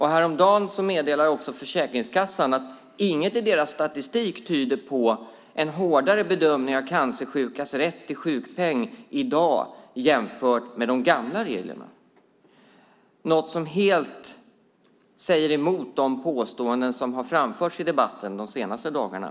Häromdagen meddelade också Försäkringskassan att inget i deras statistik tyder på en hårdare bedömning av cancersjukas rätt till sjukpeng i dag jämfört med de gamla reglerna, något som helt säger emot de påståenden som har framförts i debatten de senaste dagarna.